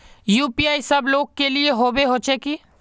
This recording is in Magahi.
यु.पी.आई सब लोग के लिए होबे होचे की?